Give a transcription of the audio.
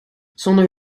zonder